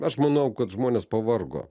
aš manau kad žmonės pavargo